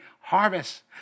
harvest